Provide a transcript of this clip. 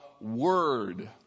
Word